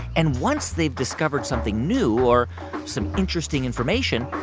and once they've discovered something new or some interesting information,